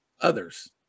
others